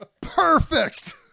Perfect